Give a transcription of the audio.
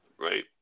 Right